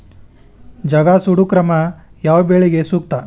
ಜಗಾ ಸುಡು ಕ್ರಮ ಯಾವ ಬೆಳಿಗೆ ಸೂಕ್ತ?